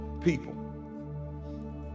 people